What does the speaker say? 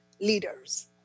leaders